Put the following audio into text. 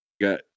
got